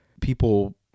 people